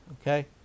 Okay